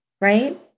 right